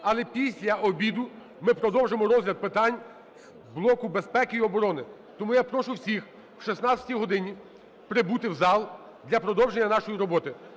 Але після обіду ми продовжимо розгляд питань блоку безпеки і оборони. Тому я прошу всіх о 16 годині прибути в зал для продовження нашої роботи.